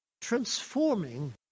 transforming